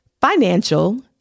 financial